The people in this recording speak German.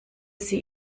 sie